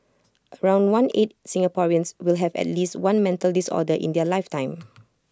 around one eight Singaporeans will have at least one mental disorder in their lifetime